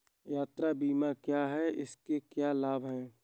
यात्रा बीमा क्या है इसके क्या लाभ हैं?